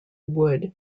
wood